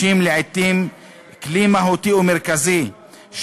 החוק מדבר על זה שהחינוך צריך להיות חינם לכל הגילאים עד התיכון,